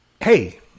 hey